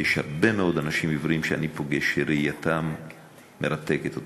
ויש הרבה מאוד אנשים עיוורים שאני פוגש שראייתם מרתקת אותי.